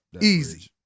Easy